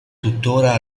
tuttora